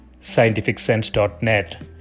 scientificsense.net